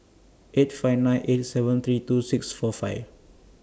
eight five nine eight seven three two six four five